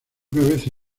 cabeza